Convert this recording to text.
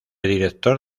director